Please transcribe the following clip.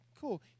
cool